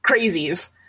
crazies